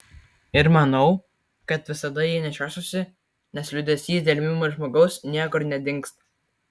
ir manau kad visada jį nešiosiuosi nes liūdesys dėl mylimo žmogaus niekur nedingsta